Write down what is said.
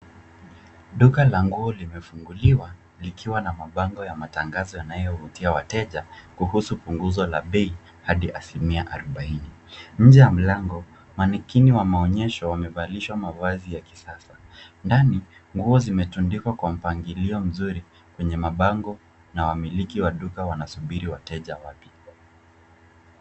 Duka la nguo limefunguliwa likiwa na mabango ya matangazo yanayovutia wateja kuhusu punguzo la bei hadi asilimia 40. Nje ya mlango, manekini wameonyeshwa wamevalishwa mavazi ya kisasa. Ndani, nguo zimetundikwa kwa mpangilio mzuri kwenye mabango na wamiliki wa duka wanasubiri wateja wapya.